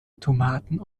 tomaten